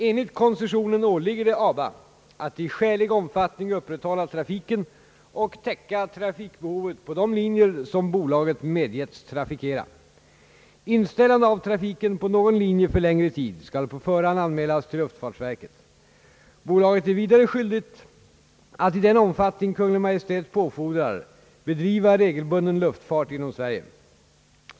Enligt koncessionen åligger det ABA att i skälig omfattning upprätthålla trafiken och täcka trafikbehovet på de linjer, som bolaget medgetts trafikera. Inställande av trafiken på någon linje för längre tid skall på förhand anmälas till luftfartsverket. Bolaget är vidare skyldigt att i den omfattning Kungl. Maj:t påfordrar bedriva regelbunden luftfart inom Sverige.